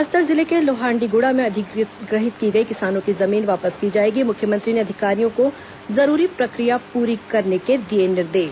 बस्तर जिले के लोहांडीगुड़ा में अधिग्रहित की गई किसानों की जमीन वापस की जाएगी मुख्यमंत्री ने अधिकारियों को जरूरी प्रक्रिया पूरी करने के दिए निर्देश